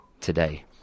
today